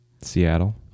Seattle